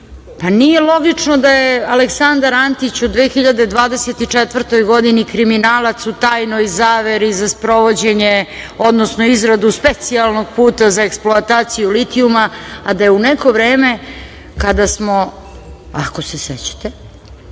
Pa, nije logično da je Aleksandar Antić u 2024. godini kriminalac u tajnoj zaveri za sprovođenje, odnosno izradu specijalnog puta za eksploataciju litijuma, a da je u neko vreme, kada smo, ako se sećate,